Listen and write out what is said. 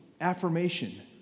affirmation